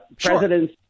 presidents